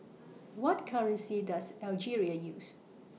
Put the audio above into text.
What currency Does Algeria use